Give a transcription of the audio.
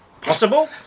Possible